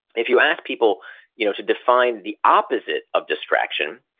if you ask people you know to define the opposite of distraction,